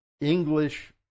English